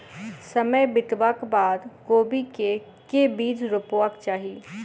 समय बितबाक बाद कोबी केँ के बीज रोपबाक चाहि?